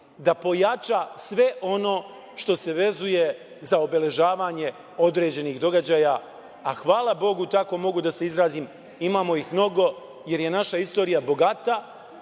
da pojača sve ono što se vezuje za obeležavanje određenih događaja, a hvala Bogu tako mogu da se izrazim, imamo ih mnogo, jer je naša istorija bogata,